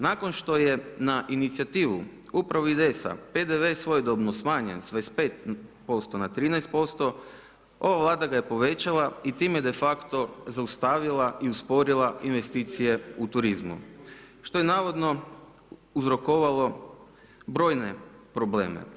Nakon što je na inicijativu upravo IDS-a PDV-e svojedobno smanjen sa 25% na 13% ova Vlada ga je povećala i time de facto zaustavila i usporila investicije u turizmu što je navodno uzrokovalo brojne probleme.